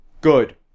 Good